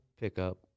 pickup